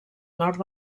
nord